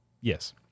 Yes